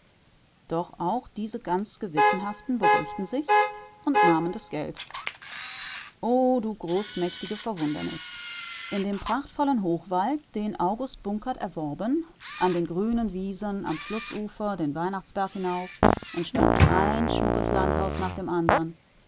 doch auch diese ganz gewissenhaften beruhigten sich und nahmen das geld o du großmächtige verwundernis in dem prachtvollen hochwald den august bunkert erworben an den grünen wiesen am flußufer den weihnachtsberg hinauf entstand ein schmuckes landhaus nach dem anderen